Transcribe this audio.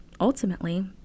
ultimately